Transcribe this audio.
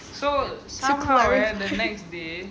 secular